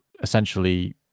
essentially